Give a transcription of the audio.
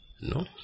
No